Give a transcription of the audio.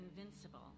invincible